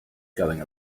going